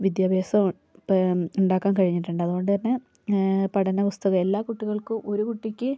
വിദ്യാഭ്യാസം ഉണ്ടാക്കാൻ കഴിഞ്ഞിട്ടുണ്ട് അതുകൊണ്ടു തന്നെ പഠന വസ്തു എല്ലാ കുട്ടികൾക്കും ഒരു കുട്ടിക്ക്